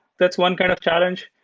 that's one kind of challenge.